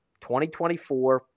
2024